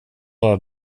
några